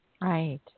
right